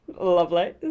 Lovely